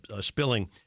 spilling